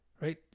Right